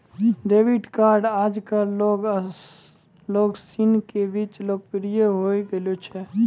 debit card आजकल लोग सनी के बीच लोकप्रिय होए गेलो छै